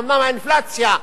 אינפלציה,